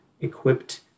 equipped